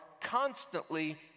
constantly